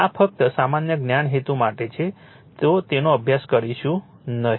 આ ફક્ત સામાન્ય જ્ઞાનના હેતુ માટે છે તો તેનો અભ્યાસ કરીશું નહીં